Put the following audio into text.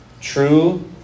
true